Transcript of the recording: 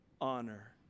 honor